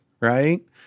right